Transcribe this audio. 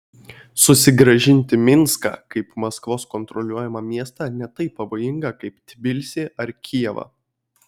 susigrąžinti minską kaip maskvos kontroliuojamą miestą ne taip pavojinga kaip tbilisį ar kijevą